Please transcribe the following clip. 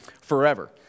forever